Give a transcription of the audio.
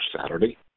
Saturday